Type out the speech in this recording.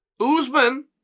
Usman